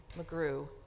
McGrew